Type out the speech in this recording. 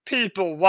People